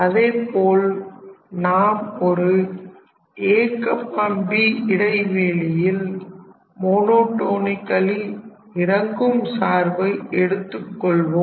அதேபோல் நாம் ஒரு ab இடைவெளியில் மோனோடோனிக்கலி இறங்கும் சார்பை எடுத்துக்கொள்வோம்